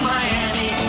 Miami